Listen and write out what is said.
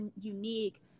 unique